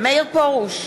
מאיר פרוש,